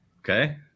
Okay